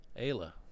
Ayla